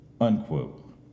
Unquote